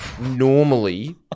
normally